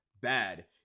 bad